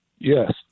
Yes